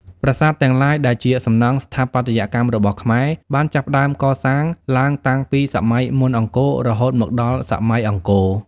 ប្រាសាទទាំងឡាយ ដែលជាសំណង់ស្ថាបត្យកម្មរបស់ខ្មែរបានចាប់ផ្តើមកសាង ឡើងតាំងពីសម័យមុនអង្គរ រហូតមកដល់សម័យអង្គរ។